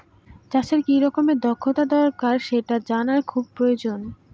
চাষের কি রকম দক্ষতা দরকার সেটা জানা খুবই প্রয়োজন